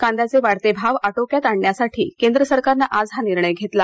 कांद्याचे वाढते भाव आटोक्यात आणण्यासाठी केंद्र सरकारनं आज हा निर्णय घेतला